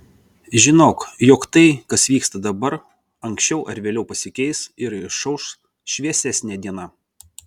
žinok jog tai kas vyksta dabar anksčiau ar vėliau pasikeis ir išauš šviesesnė diena